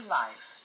life